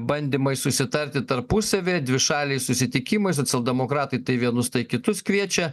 bandymai susitarti tarpusavyje dvišaliai susitikimai socialdemokratai tai vienus tai kitus kviečia